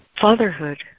Fatherhood